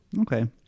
Okay